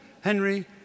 Henry